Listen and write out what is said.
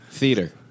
Theater